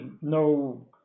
no